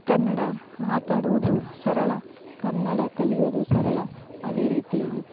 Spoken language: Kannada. ಕನ್ನಡ ಮಾತಾಡೋದು ಸರಳ ಕನ್ನಡ ಕಲಿಯೋದು ಸರಳ ಅದೇ ರೀತಿ